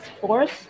Force